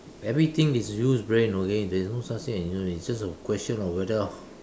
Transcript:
everything is use brain okay there's no such thing as you know it's just a question of whether